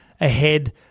ahead